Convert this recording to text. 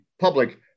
public